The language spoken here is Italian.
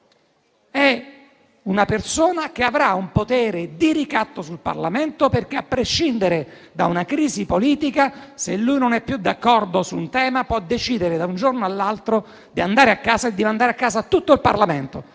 È una persona che avrà un potere di ricatto sul Parlamento perché, a prescindere da una crisi politica, se lui non è più d'accordo su un tema, può decidere da un giorno all'altro di andare a casa e di mandare a casa tutto il Parlamento.